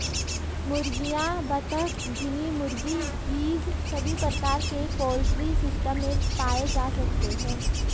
मुर्गियां, बत्तख, गिनी मुर्गी, गीज़ सभी प्रकार के पोल्ट्री सिस्टम में पाए जा सकते है